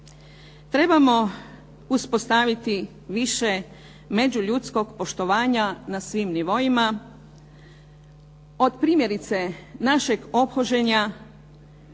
trebamo uspostaviti više međuljudskog poštovanja na svim nivoima. Od primjerice našeg ophođenja